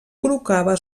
col·locava